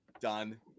done